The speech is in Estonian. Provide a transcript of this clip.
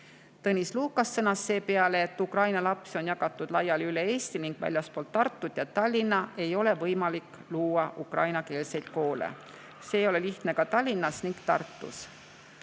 Tõnis Lukas sõnas seepeale, et Ukraina lapsed on jagatud laiali üle Eesti ning väljaspool Tartut ja Tallinna ei ole võimalik luua ukrainakeelseid koole. See ei ole lihtne ka Tallinnas ning Tartus.